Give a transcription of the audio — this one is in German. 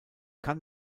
kann